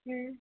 હમ્મ